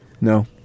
No